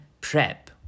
PrEP